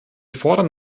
fordern